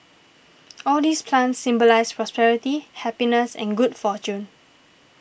all these plants symbolise prosperity happiness and good fortune